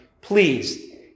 please